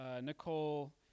Nicole